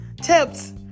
tips